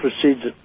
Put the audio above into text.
proceeds